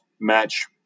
match